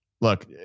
Look